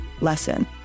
lesson